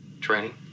Training